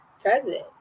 president